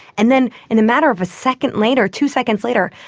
and then in a matter of a second later, two seconds later,